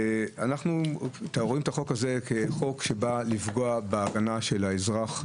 אנחנו רואים את החוק הזה כחוק שבא לפגוע בהגנה על האזרח,